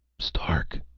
stark.